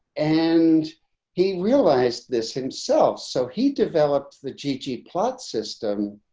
and he realized this himself. so he developed the gg plot system,